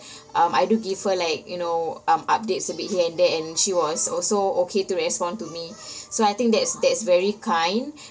um I do give her like you know um updates a bit here and there and she was also okay to respond to me so I think that's that's very kind